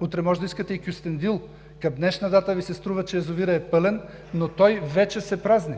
Утре може да искате и Кюстендил. Към днешна дата Ви се струва, че язовирът е пълен, но той вече се празни,